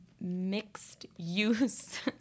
mixed-use